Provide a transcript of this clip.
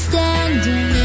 Standing